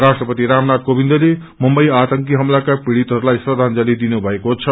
राष्ट्रपति रामनाय कोविन्दले मुम्बई आतंकी हमलाका पीड़ितहस्ताई श्रदाजंली दिनुमएको छ